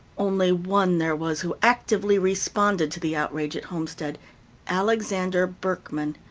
only one there was who actively responded to the outrage at homestead alexander berkman.